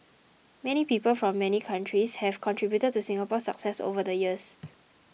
many people from many countries have contributed to Singapore's success over the years